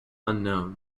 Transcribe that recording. unknown